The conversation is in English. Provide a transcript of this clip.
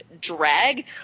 drag